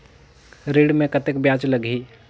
ऋण मे कतेक ब्याज लगही?